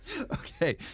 Okay